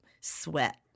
sweat